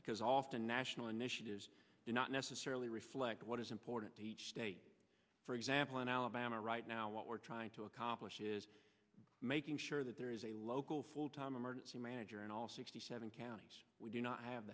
because often national initiatives are not necessarily reflect what is important to each state for example in alabama right now what we're trying to accomplish is making sure that there is a local full time emergency manager in all sixty seven counties we do not have